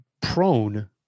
prone